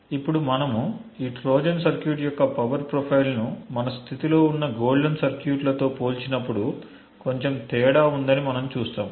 ఇప్పుడు మనము ఈ ట్రోజన్ సర్క్యూట్ యొక్క పవర్ ప్రొఫైల్ను మన స్థితిలో ఉన్న గోల్డెన్ సర్క్యూట్లతో పోల్చినప్పుడు కొంచెం తేడా ఉందని మనం చూస్తాము